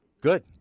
Good